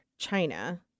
china